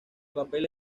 papel